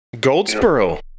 Goldsboro